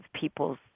people's